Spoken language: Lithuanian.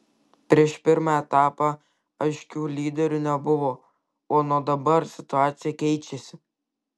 prieš pirmą etapą aiškių lyderių nebuvo o nuo dabar situacija keičiasi